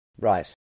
Right